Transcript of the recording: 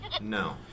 No